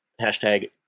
hashtag